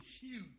huge